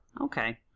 Okay